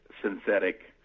synthetic